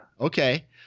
Okay